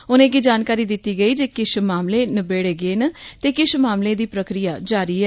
उनेंगी जानकारी दित्ती गेई जे किश मामले नबेड़े गे न ते किश मामले दी प्रक्रिया जारी ऐ